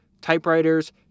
Typewriters